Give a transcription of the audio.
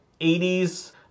80s